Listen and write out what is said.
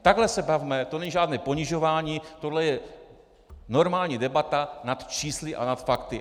Takhle se bavme, to není žádné ponižování, to je normální debata nad čísly a nad fakty.